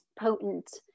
potent